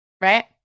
right